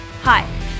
Hi